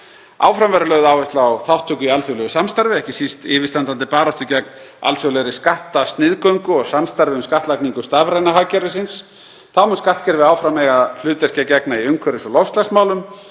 Áfram verður lögð áhersla á þátttöku í alþjóðlegu samstarfi, ekki síst yfirstandandi baráttu gegn alþjóðlegri skattsniðgöngu og samstarfi um skattlagningu stafræna hagkerfisins. Þá mun skattkerfið áfram eiga hlutverki að gegna í umhverfis- og loftslagsmálum